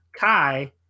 Kai